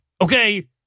okay